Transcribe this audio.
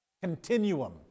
continuum